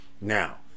now